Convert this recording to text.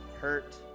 hurt